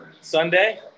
Sunday